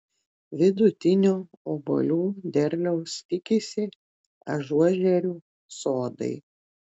vidutinio obuolių derliaus tikisi ažuožerių sodai